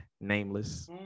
nameless